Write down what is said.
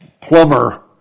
plumber